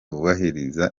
wubahiriza